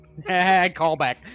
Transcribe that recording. callback